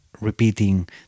repeating